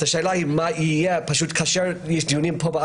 אז השאלה כאשר יש דיונים פה,